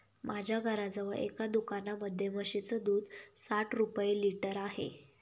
माझ्या घराजवळ एका दुकानामध्ये म्हशीचं दूध साठ रुपये लिटर आहे